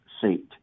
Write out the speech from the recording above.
seat